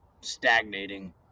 stagnating